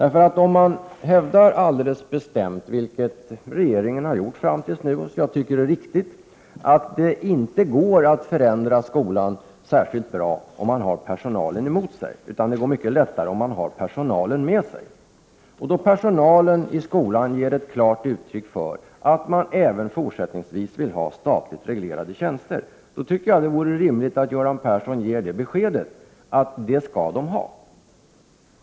Regeringen har fram till nu alldeles bestämt hävdat — och det är riktigt — att det inte går att förändra skolan särskilt bra om man har personalen mot sig utan att det går mycket lättare om man har personalen med sig, och personalen i skolan har gett ett klart uttryck för att den även fortsättningsvis vill ha statligt reglerade tjänster. Därför vore det rimligt att Göran Persson gav beskedet att den skall ha det.